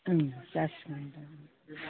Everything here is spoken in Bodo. ओं जासिगोन दां